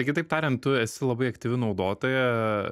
tai kitaip tariant tu esi labai aktyvi naudotoja